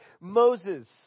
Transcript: Moses